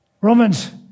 Romans